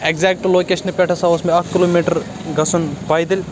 exact لوکیشنہٕ پٮ۪ٹھ ہَسا اوس مےٚ اَکھ کلوٗمیٖٹَر گژھُن پایدٔلۍ